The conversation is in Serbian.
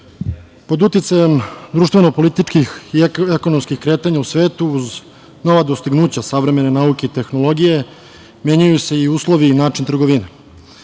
pod uticajem društveno političkih i ekonomskih kretanja u svetu, uz nova dostignuća savremene nauke i tehnologije, menjaju se uslovi i način trgovine. Spoljno